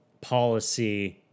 policy